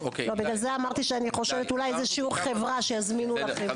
בגלל זה גם דיברתי על אולי שיעור חברה שבו יסבירו לכם.